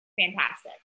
fantastic